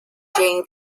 jain